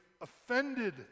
offended